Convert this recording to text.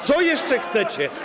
Czego jeszcze chcecie?